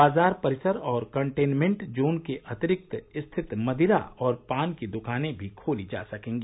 बाजार परिसर और कंटेन्मेंट जोन के अतिरिक्त स्थित मदिरा और पान की दुकानें भी खोली जा सकेंगी